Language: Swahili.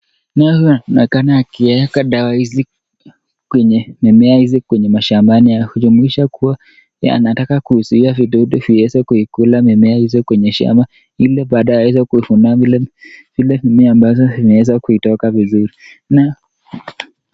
Naye huyu anaonekana akiweka dawa hizi kwenye mimea hizi kwenye mashambani haya kujumuisha kuwa yanataka kuzuia vidudu vimeweze kuikula mimea hizo kwenye shamba ili baadaye waweze kuivuna vile mimea ambazo imeweza kutoka vizuri na.